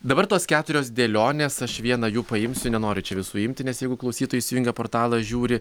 dabar tos keturios dėlionės aš vieną jų paimsiu nenoriu čia visų imti nes jeigu klausytojai įsijungę portalą žiūri